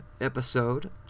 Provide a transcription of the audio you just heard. episode